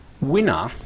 Winner